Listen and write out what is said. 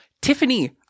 Tiffany